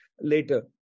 later